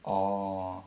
orh